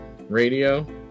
Radio